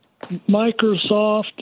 Microsoft